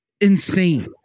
insane